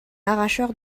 arracheur